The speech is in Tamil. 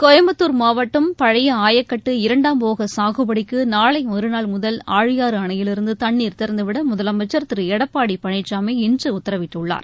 கோயம்புத்தூர் மாவட்டம் பழைய ஆயக்கட்டு இரண்டாம் போக சாகுபடிக்கு நாளை மறுநாள் முதல் ஆழியாறு அணையிலிருந்து தண்ணீர் திறந்துவிட முதலமைச்சர் திரு எடப்படி பழனிசாமி இன்று உத்தரவிட்டுள்ளார்